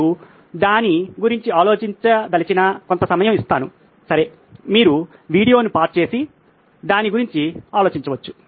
మీరు దాని గురించి ఆలోచించ దలిచిన కొంత సమయం ఇస్తాను సరే మీరు వీడియోను పాజ్ చేసి దాని గురించి ఆలోచించవచ్చు